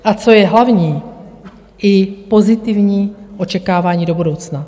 A co je hlavní, i pozitivní očekávání do budoucna.